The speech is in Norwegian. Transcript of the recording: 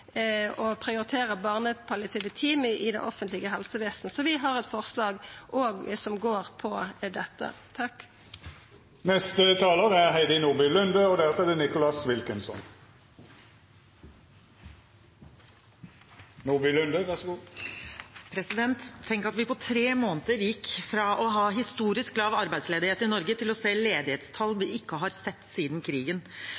å prioritera barnepalliative team i det offentlege helsevesenet. Så vi har òg eit forslag som går på dette. Tenk at vi på tre måneder gikk fra å ha historisk lav arbeidsledighet i Norge til å